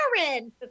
Aaron